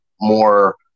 more